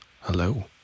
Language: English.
hello